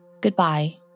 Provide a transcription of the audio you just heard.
Goodbye